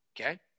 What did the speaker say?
Okay